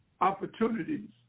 opportunities